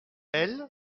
elle